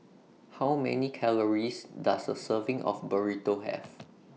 How Many Calories Does A Serving of Burrito Have